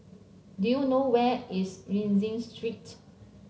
do you know where is Rienzi Street